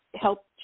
help